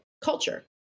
culture